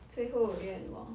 最后愿望